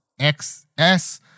XS